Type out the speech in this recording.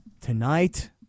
tonight